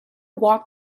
walked